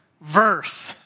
verse